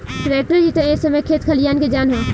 tractor ही ता ए समय खेत खलियान के जान ह